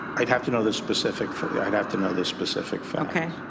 i'd have to know the specific yeah i'd have to know the specific facts.